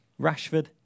Rashford